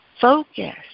focus